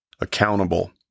accountable